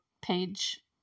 page